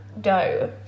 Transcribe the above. dough